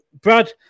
brad